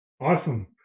Awesome